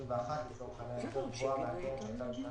לשנת 2021 והיא גבוהה יותר מהקרן שהייתה בשנת